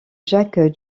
jacques